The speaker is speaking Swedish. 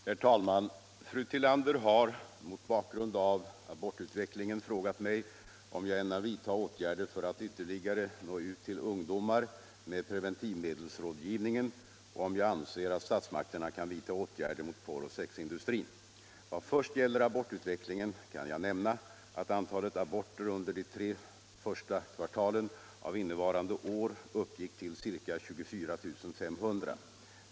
Herr talman! Fru Tillander har mot bakgrund av abortutvecklingen frågat mig om jag ämnar vidta åtgärder för att ytterligare nå ut till ungdomar med preventivmedelsrådgivningen och om jag anser att statsmakterna kan vidta åtgärder mot porroch sexindustrin. Vad först gäller abortutvecklingen kan jag nämna att antalet aborter under de tre första kvartalen av innevarande år uppgick till ca 24 500.